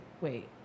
Wait